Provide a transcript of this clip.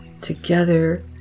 together